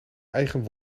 eigen